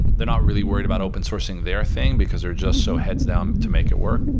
they're not really worried about open sourcing their thing, because they're just so heads down to make it work.